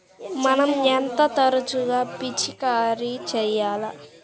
మనం ఎంత తరచుగా పిచికారీ చేయాలి?